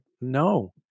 no